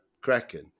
Kraken